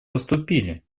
поступили